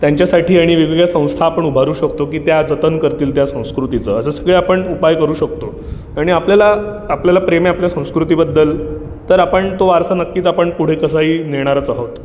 त्यांच्यासाठी आणि आपण वेगवेगळ्या संस्था आपण उभारू शकतो की त्या जतन करतील त्या संस्कृतीचं असं सगळे आपण उपाय करू शकतो आणि आपल्याला आपल्याला प्रेम आहे आपल्या संस्कृतीबद्दल तर आपण तो वारसा नक्कीच आपण पुढे कसाही नेणारच आहोत